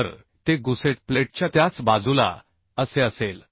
तर ते गुसेट प्लेटच्या त्याच बाजूला असे असेल